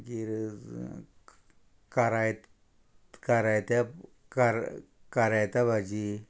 मागीर काराय कारायत्या कार कारायत्या भाजी